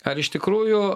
ar iš tikrųjų